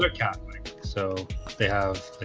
they're catholic so they have